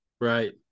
Right